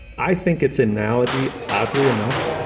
i think its analogy, oddly enough,